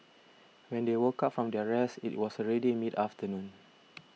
when they woke up from their rest it was already mid afternoon